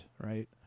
Right